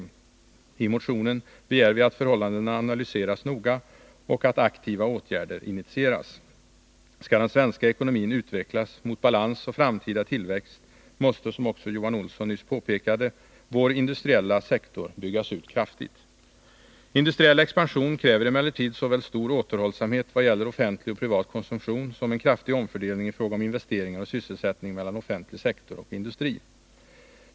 Vi begär i motionen att förhållandena skall analyseras noga och att aktiva åtgärder skall initieras. Skall den svenska ekonomin utvecklas mot balans och framtida tillväxt måste, som Johan Olsson nyss påpekade, vår industriella sektor byggas ut kraftigt. Industriell expansion kräver emellertid såväl stor återhållsamhet vad gäller offentlig och privat konsumtion som en kraftig omfördelning i fråga om investeringar och sysselsättning mellan offentlig sektor och industri.